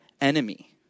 enemy